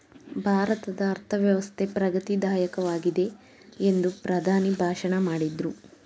ಭಾರತದ ಅರ್ಥವ್ಯವಸ್ಥೆ ಪ್ರಗತಿ ದಾಯಕವಾಗಿದೆ ಎಂದು ಪ್ರಧಾನಿ ಭಾಷಣ ಮಾಡಿದ್ರು